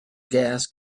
gas